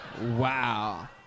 Wow